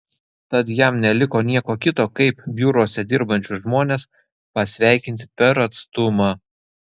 tad jam neliko nieko kito kaip biuruose dirbančius žmones pasveikinti per atstumą